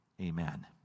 amen